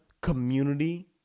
community